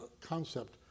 concept